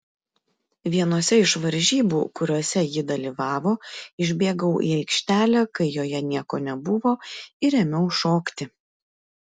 vienose iš varžybų kuriose ji dalyvavo išbėgau į aikštelę kai joje nieko nebuvo ir ėmiau šokti